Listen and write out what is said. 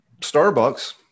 Starbucks